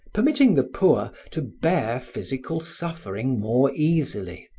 permitting the poor to bear physical suffering more easily,